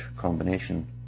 combination